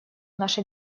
наша